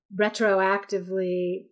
retroactively